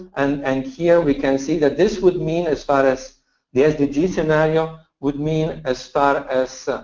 and and here we can see that this would mean, as far as the sdg scenario, would mean as far as